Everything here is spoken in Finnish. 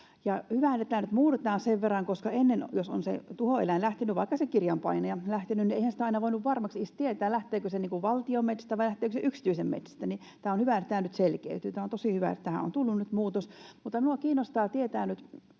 tätä nyt muutetaan sen verran, koska ennen, jos on tuhoeläin lähtenyt, vaikka se kirjanpainaja, eihän sitä aina ole voinut varmaksi edes tietää, onko se lähtenyt valtion metsistä vai yksityisen metsistä, joten on hyvä, että tämä nyt selkeytyy. Tämä on tosi hyvä, että tähän on tullut muutos. Mutta minua kiinnostaa tietää nyt